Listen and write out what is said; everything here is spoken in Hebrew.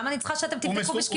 למה שאני צריכה שתבדקו בשקיפות?